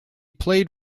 played